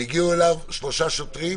הגיעו אליו שלושה שוטרים,